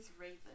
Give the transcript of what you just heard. raven